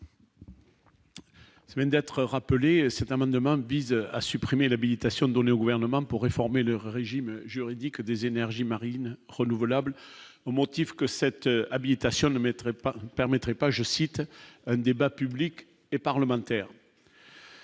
Même d'être rappelé cet amendement vise à supprimer l'habilitation donnée au gouvernement pour réformer le régime juridique des énergies marines renouvelables au motif que cette habitation ne mettrait pas permettrait pas, je cite, un débat public et parlementaire.